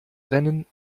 rennen